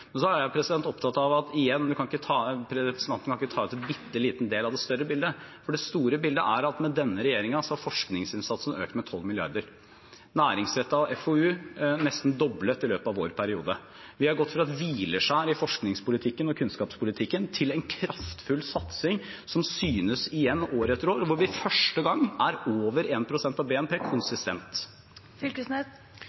representanten kan ikke ta ut en bitte liten del av det større bildet. Det store bildet er at med denne regjeringen har forskningsinnsatsen økt med 12 mrd. kr. Næringsrettet FoU er nesten doblet i løpet av vår periode. Vi har gått fra et hvileskjær i forskningspolitikken og kunnskapspolitikken til en kraftfull satsing som synes igjen år etter år, og hvor vi for første gang er over 1 pst. av BNP